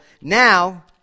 Now